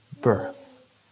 birth